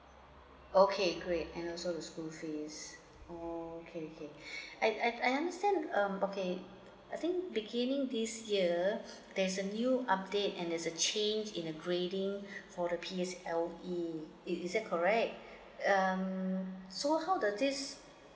okay correct and also the school fees orh okay okay I I understand um okay I think beginning this year there's a new update and there's a change in the grading for the P_S_L_E is is that correct um so how does this